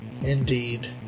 Indeed